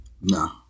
No